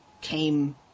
came